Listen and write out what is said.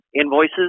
invoices